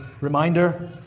reminder